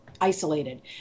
isolated